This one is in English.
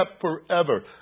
forever